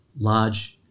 large